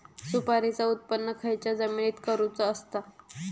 सुपारीचा उत्त्पन खयच्या जमिनीत करूचा असता?